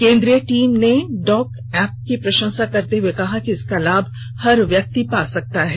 केन्द्रीय टीम ने doc app की प्रशंसा करते हुए कहा कि इसका लाभ हर व्यक्ति पा सकता है